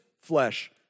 flesh